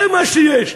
זה מה שיש.